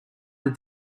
that